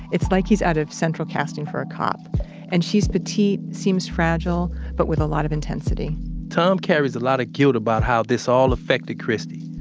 it's like he's out of central casting for a cop and she's petite, seems fragile, but with a lot of intensity tom carries a lot of guilt about how this all affected christy.